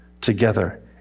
together